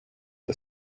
the